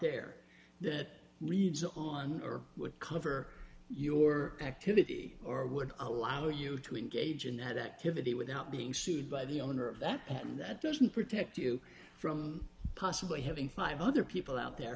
there that leads on or would cover your activity or would allow you to engage in that activity without being sued by the owner of that patent that doesn't protect you from possibly having five other people out there